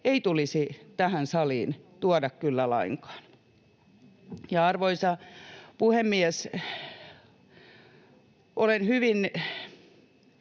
ei tulisi tähän saliin tuoda kyllä lainkaan. Arvoisa puhemies! Koko kauden